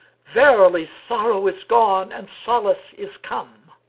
verily sorrow is gone and solace is come!